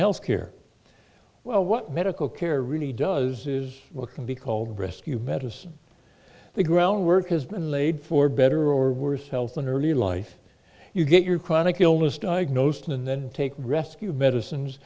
health care well what medical care really does is what can be called rescue medicine the groundwork has been laid for better or worse health in early life you get your chronic illness diagnosed and then take rescue medicines